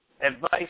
advice